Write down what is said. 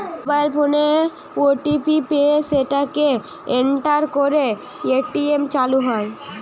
mobile ফোনে OTP পেয়ে সেটাকে এন্টার করে এ.টি.এম চালু হয়